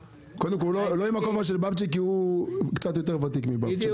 לא עם הכובע של בבצ'יק כי הוא קצת יותר ותיק מבבצ'יק.